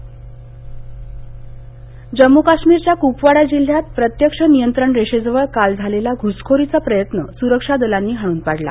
दहशतवादी जम्मू आणि काश्मीरच्या कुपवाडा जिल्ह्यात प्रत्यक्ष नियंत्रण रेषेजवळ काल झालेला घ्सखोरीचा प्रयत्न सुरक्षा दलानं हाणून पाडला